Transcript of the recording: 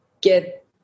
get